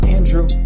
Andrew